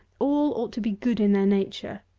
all ought to be good in their nature,